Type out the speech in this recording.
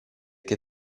che